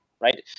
right